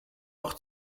auch